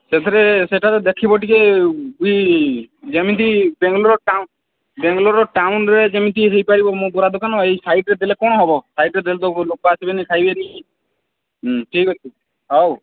ସେଥିରେ ସେଠାରେ ଦେଖିବ ଟିକେ ବି ଯେମିତି ବାଙ୍ଗଲୋର ବାଙ୍ଗଲୋର ଟାଉନ୍ରେ ଯେମିତି ହେଇପାରିବ ମୋ ବରା ଦୋକାନ ଏଇ ସାଇଡ଼୍ରେ ଦେଲେ କ'ଣ ହବ ସାଇଡ଼୍ରେ ଦେଲେ ତ ଲୋକ ଆସିବେନି ଖାଇବେନି ଠିକ୍ ଅଛି ହଉ